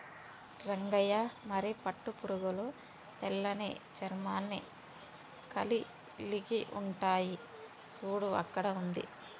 రంగయ్య మరి పట్టు పురుగులు తెల్లని చర్మాన్ని కలిలిగి ఉంటాయి సూడు అక్కడ ఉంది